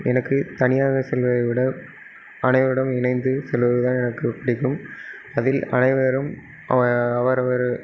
எனக்கு தனியாக செல்வதை விட அனைவருடன் இணைந்து செல்வதுதான் எனக்கு பிடிக்கும் அதில் அனைவரும் அவரவர்